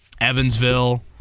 Evansville